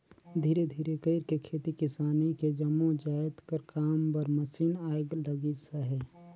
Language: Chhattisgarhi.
धीरे धीरे कइरके खेती किसानी के जम्मो जाएत कर काम बर मसीन आए लगिस अहे